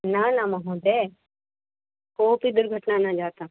न न महोदय कोऽपि दुर्घटना न जाता